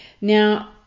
Now